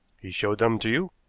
he showed them to you?